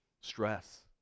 stress